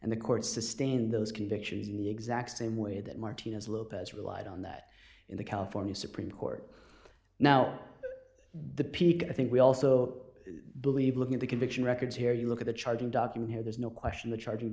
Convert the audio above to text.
and the courts sustain those convictions in the exact same way that martinez lopez relied on that in the california supreme court now the peak i think we also believe looking at the conviction records here you look at the charging document here there's no question the charging